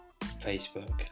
Facebook